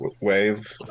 wave